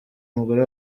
umugore